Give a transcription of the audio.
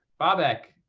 bobak,